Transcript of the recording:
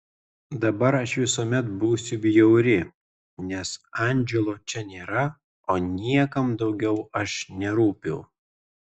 dabar aš visuomet būsiu bjauri nes andželo čia nėra o niekam daugiau aš nerūpiu